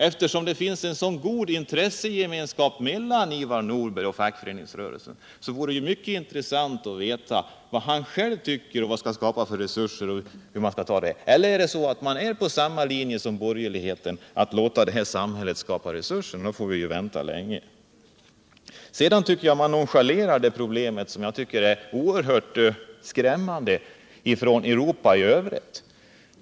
Eftersom det finns en sådan god intressegemenskap mellan Ivar Nordberg och fackföreningsrörelsen vore det mycket intressant att få veta vad han själv tycker man skall skapa för resurser. Eller är man på samma linje som borgerligheten, att låta samhället skapa resurserna? I så fall får vi vänta länge. Man nonchalerar det problem i övriga Europa som jag tycker är oerhört skrämmande.